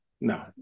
No